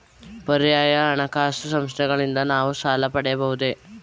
ಪರ್ಯಾಯ ಹಣಕಾಸು ಸಂಸ್ಥೆಗಳಿಂದ ನಾವು ಸಾಲ ಪಡೆಯಬಹುದೇ?